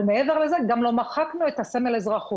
אבל מעבר לזה גם לא מחקנו את הסמל אזרחות,